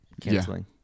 canceling